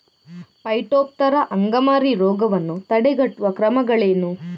Phytophthora ಅಂಗಮಾರಿ ರೋಗವನ್ನು ತಡೆಗಟ್ಟುವ ಕ್ರಮಗಳೇನು?